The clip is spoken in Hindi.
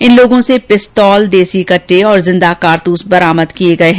इन लोगों से पिस्तौल देसी कटटे व जिंदा कारतूस बरामद किए गए हैं